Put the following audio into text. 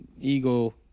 ego